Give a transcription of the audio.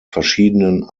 verschiedenen